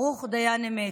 ברוך דיין אמת.